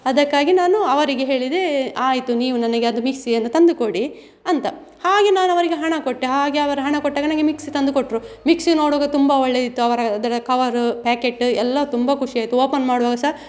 ಅದಕ್ಕಾಗಿ ನಾನು ಅವರಿಗೆ ಹೇಳಿದೆ ಆಯಿತು ನೀವು ನನಗೆ ಅದು ಮಿಕ್ಸಿಯನ್ನು ತಂದು ಕೊಡಿ ಅಂತ ಹಾಗೆ ನಾನವರಿಗೆ ಹಣ ಕೊಟ್ಟೆ ಹಾಗೆ ಅವರು ಹಣ ಕೊಟ್ಟಾಗ ನನಗೆ ಮಿಕ್ಸಿ ತಂದು ಕೊಟ್ಟರು ಮಿಕ್ಸಿ ನೋಡುವಾಗ ತುಂಬ ಒಳ್ಳೆಯದಿತ್ತು ಅವರ ಅದರ ಕವರು ಪ್ಯಾಕೆಟ್ ಎಲ್ಲ ತುಂಬ ಖುಷಿ ಆಯಿತು ಓಪನ್ ಮಾಡುವಾಗ ಸಹ